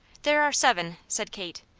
there are seven, said kate,